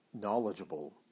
knowledgeable